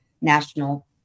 national